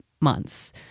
months